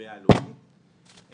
לספרייה הלאומית,